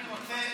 אני רוצה,